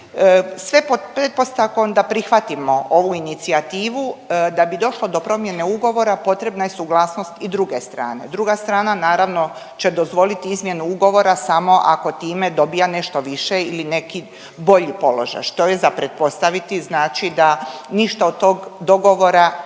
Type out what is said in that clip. Sve pod pretpostavkom da prihvatimo ovu inicijativu da bi došlo do promjene ugovora potrebna je suglasnost i druge strane. Druga strana naravno će dozvoliti izmjenu ugovora samo ako time dobija nešto više ili neki bolji položaj što je za pretpostaviti znači da ništa od tog dogovora i